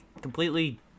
completely